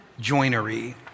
joinery